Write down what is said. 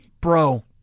Bro